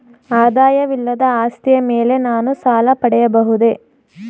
ಆದಾಯವಿಲ್ಲದ ಆಸ್ತಿಯ ಮೇಲೆ ನಾನು ಸಾಲ ಪಡೆಯಬಹುದೇ?